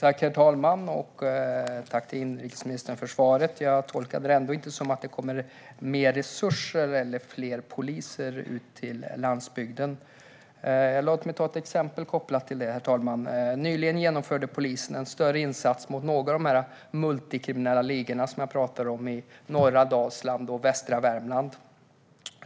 Herr talman! Tack, inrikesministern, för svaret! Jag tolkade inte detta som att det kommer mer resurser eller fler poliser till landsbygden. Låt mig ge ett exempel kopplat till detta, herr talman! Nyligen genomförde polisen en större insats mot några av de multikriminella ligorna, som jag pratade om, i norra Dalsland och västra Värmland.